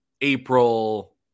April